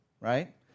right